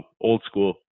old-school